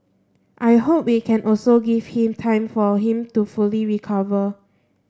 I hope we can also give him time for him to fully recover